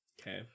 Okay